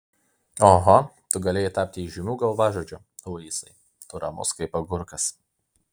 oho tu galėjai tapti įžymiu galvažudžiu luisai tu ramus kaip agurkas